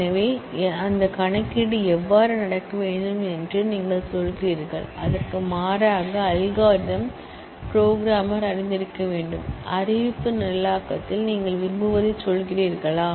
எனவே அந்த கம்பியூடேஷன் எவ்வாறு நடக்க வேண்டும் என்று நீங்கள் சொல்கிறீர்கள் அதற்கு மாறாக அல்காரிதம் புரோகிராமர் அறிந்திருக்க வேண்டும் டிக்ளரேட்டிவ் ப்ரோக்ராம்மிங் நீங்கள் விரும்புவதைச் சொல்கிறீர்களா